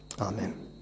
Amen